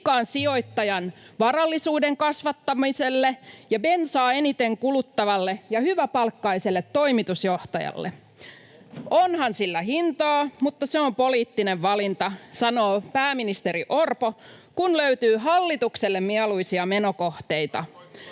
sijoittajan varallisuuden kasvattamiselle ja bensaa eniten kuluttavalle ja hyväpalkkaiselle toimitusjohtajalle. [Oikealta: Ohhoh!] ”Onhan sillä hintaa, mutta se on poliittinen valinta”, sanoo pääministeri Orpo, kun löytyy hallitukselle mieluisia menokohteita.